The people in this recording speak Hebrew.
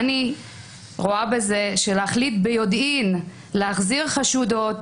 להחליט ביודעין להחזיר חשודות,